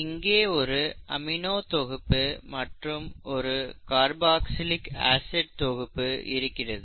இங்கே ஒரு அமினோ தொகுப்பு மற்றும் ஒரு கற்போக்ஸிலிக் ஆசிட் தொகுப்பு இருக்கிறது